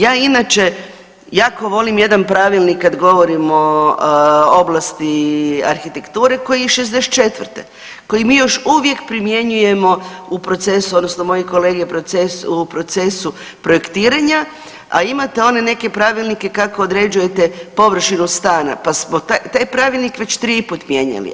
Ja inače jako volim jedan pravilnik kad govorimo o oblasti arhitekture koji je iz '64., koji mi još uvijek primjenjujemo u procesu odnosno moji kolege u procesu projektiranja, a imate one neke pravilnike kako određujete površinu stana, pa smo te, taj pravilnik već 3 puta mijenjali.